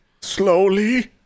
Slowly